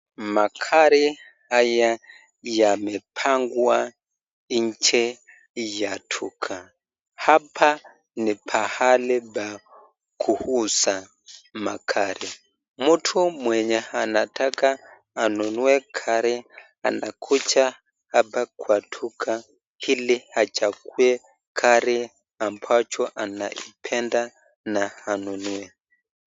Magari haya yamepangwa nje ya duka. Hapa ni pahali pa kuuza magari. Mtu mwenye anataka anunue gari anakuja hapa kwa duka ili achague gari ambacho analipenda na anunue.